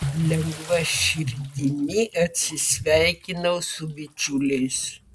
lengva širdimi atsisveikinau su bičiuliais